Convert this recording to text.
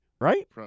right